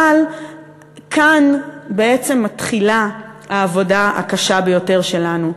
אבל כאן בעצם מתחילה העבודה הקשה ביותר שלנו: